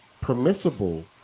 permissible